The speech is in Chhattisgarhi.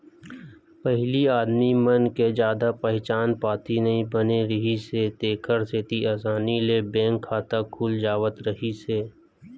पहिली आदमी मन के जादा पहचान पाती नइ बने रिहिस हे तेखर सेती असानी ले बैंक खाता खुल जावत रिहिस हे